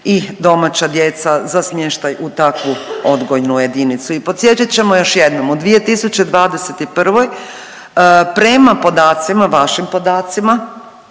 i domaća djeca za smještaj u takvu odgojnu jedinicu. I podsjećat ćemo još jednom u 2021. prema podacima, vašim podacima,